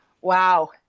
Wow